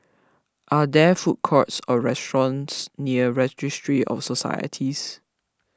are there food courts or restaurants near Registry of Societies